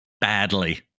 badly